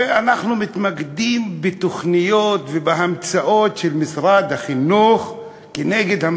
ואנחנו מתמקדים בתוכניות ובהמצאות של משרד החינוך נגד,